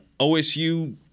OSU